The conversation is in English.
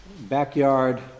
backyard